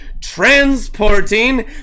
transporting